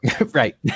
right